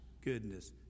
goodness